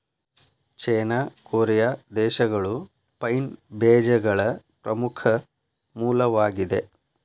ಚೇನಾ, Korea ದೇಶಗಳು pine ಬೇಜಗಳ ಪ್ರಮುಖ ಮೂಲವಾಗಿದೆ